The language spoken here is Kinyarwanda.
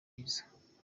byiza